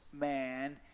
man